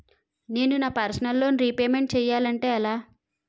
నేను నా personal loan repayment చేయాలంటే ఎలా?